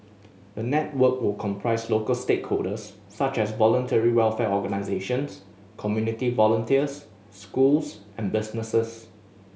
the network will comprise local stakeholders such as voluntary welfare organisations community volunteers schools and businesses